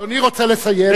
אדוני רוצה לסיים?